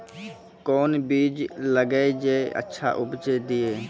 कोंन बीज लगैय जे अच्छा उपज दिये?